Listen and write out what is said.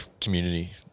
community